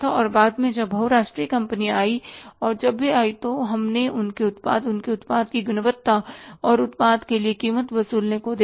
और बाद में जब बहुराष्ट्रीय कंपनियां आईं और जब वे आई तो हमने उनके उत्पाद उनके उत्पाद की गुणवत्ता और उत्पाद के लिए कीमत वसूलना को देखा